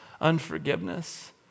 unforgiveness